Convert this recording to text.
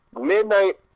midnight